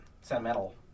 sentimental